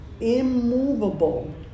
immovable